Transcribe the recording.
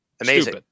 Amazing